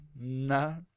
No